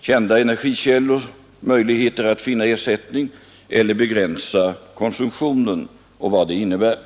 kända energikällor och möjligheter att finna ersättningar eller att begränsa konsumtionen samt vad detta innebär.